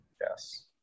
Yes